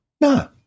No